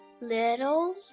little